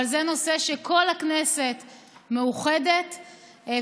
אבל זה נושא שכל הכנסת מאוחדת בו,